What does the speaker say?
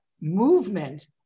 movement